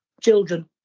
children